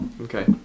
Okay